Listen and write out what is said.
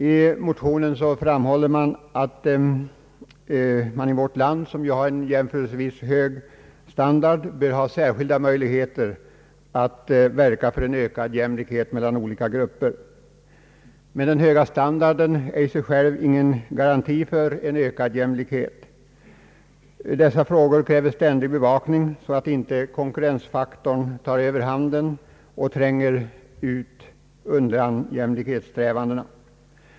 I motionen framhålles att det i vårt land, som har en jämförelsevis hög standard, bör finnas särskilda möjligheter att verka för en ökad jämlikhet mellan olika grupper. Men den höga standarden utgör i sig själv ingen garanti för en ökad jämlikhet. Dessa frågor kräver ständig bevakning för att inte konkurrensfaktorn skall ta överhanden och tränga undan jämlikhetssträvandena.